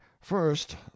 first